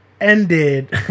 ended